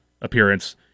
appearance